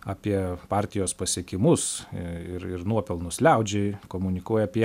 apie partijos pasiekimus ir ir nuopelnus liaudžiai komunikuoji apie